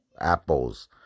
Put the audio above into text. apples